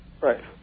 Right